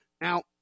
Now